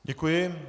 Děkuji.